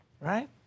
right